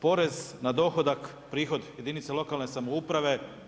Porez na dohodak, prihod jedinice lokalne samouprave.